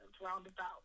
roundabout